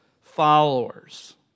followers